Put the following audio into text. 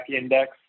index